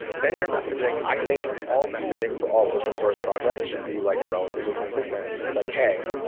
then you're messaging i think all messaging for all open-source projects should be like relatively consistent. and it's like, hey,